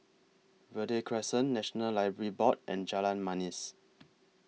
Verde Crescent National Library Board and Jalan Manis